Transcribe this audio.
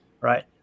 Right